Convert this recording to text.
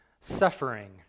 suffering